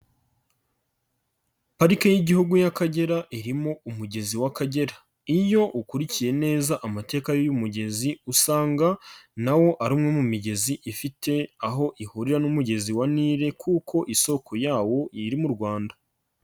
Pariki y'igihugu y'Akagera irimo umugezi w'Akagera, iyo ukurikiye neza amateka y'uyu mugezi usanga nawo ari umwe mu migezi ifite aho ihurira n'umugezi wa Nile kuko isoko yawo iri mu Rwanda.